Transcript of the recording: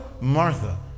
Martha